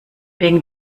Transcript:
wegen